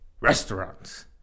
restaurants